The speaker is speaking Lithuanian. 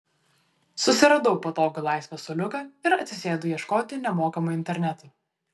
susiradau patogų laisvą suoliuką ir atsisėdau ieškoti nemokamo interneto